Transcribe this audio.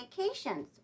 vacations